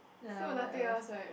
ya what else